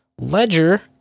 Ledger